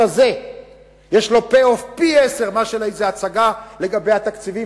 הזה יש להם payoff פי-עשרה מאשר לאיזו הצגה לגבי התקציבים,